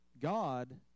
God